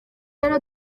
rero